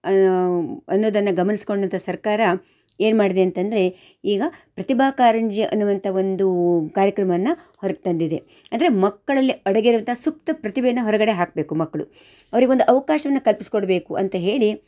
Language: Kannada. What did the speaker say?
ಅನ್ನೋದನ್ನು ಗಮನಿಸ್ಕೊಂಡಂಥ ಸರ್ಕಾರ ಏನು ಮಾಡಿದೆ ಅಂತಂದರೆ ಈಗ ಪ್ರತಿಭಾ ಕಾರಂಜಿ ಅನ್ನುವಂಥ ಒಂದು ಕಾರ್ಯಕ್ರಮವನ್ನು ಹೊರ್ಗೆ ತಂದಿದೆ ಅಂದರೆ ಮಕ್ಕಳಲ್ಲಿ ಅಡಗಿರುವಂಥ ಸೂಕ್ತ ಪ್ರತಿಭೆಯನ್ನು ಹೊರಗಡೆ ಹಾಕಬೇಕು ಮಕ್ಕಳು ಅವ್ರಿಗೊಂದು ಅವಕಾಶನ ಕಲ್ಪಿಸ್ ಕೊಡಬೇಕು ಅಂತ ಹೇಳಿ